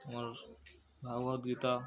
ଆମର୍ ଭାଗବତ ଗୀତା